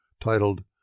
titled